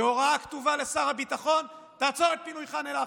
בהוראה כתובה לשר הביטחון: תעצור את פינוי ח'אן אל-אחמר.